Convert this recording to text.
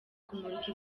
kumurika